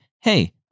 Hey